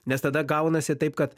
nes tada gaunasi taip kad